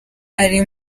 ari